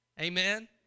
Amen